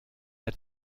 der